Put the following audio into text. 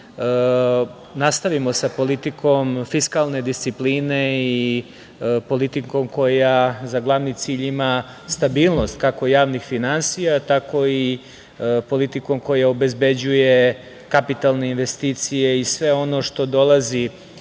nastavimo sa politikom fiskalne discipline i politikom koja za glavni cilj ima stabilnost, kako javnih finansija, tako i politikom koja obezbeđuje kapitalne investicije i sve ono što dolazi